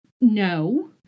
No